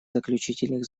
заключительных